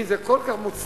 אם זה כל כך מוצלח,